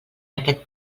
aquest